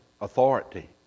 authority